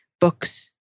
Books